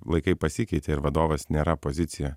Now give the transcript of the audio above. laikai pasikeitė ir vadovas nėra pozicija